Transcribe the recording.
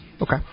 Okay